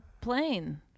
plane